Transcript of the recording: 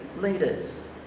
leaders